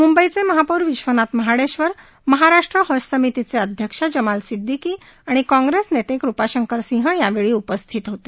मुंबईचे महापौर विश्वनाथ महाडेश्वर महाराष्ट्र हज समितीचे अध्यक्ष जमाल सिद्दिकी आणि काँग्रेसनेते कुपाशंकर सिंह यावेळी उपस्थित होते